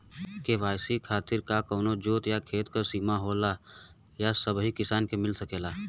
KCC खातिर का कवनो जोत या खेत क सिमा होला या सबही किसान के मिल सकेला?